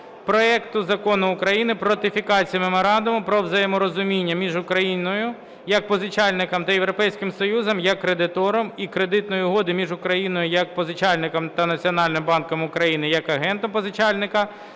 проекту Закону України "Про ратифікацію Меморандуму про взаєморозуміння між Україною як Позичальником та Європейським Союзом як Кредитором і Кредитної угоди між Україною як Позичальником та Національним банком України як Агентом Позичальника